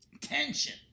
tension